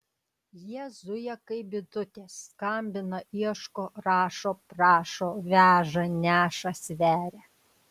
jie zuja kaip bitutės skambina ieško rašo prašo veža neša sveria